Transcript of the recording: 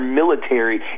military